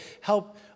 help